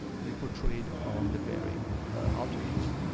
to be portrayed on the very altarpiece.